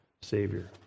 Savior